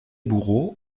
bourreau